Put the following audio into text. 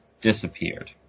disappeared